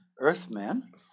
earthmen